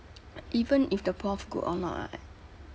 even if the prof good or not right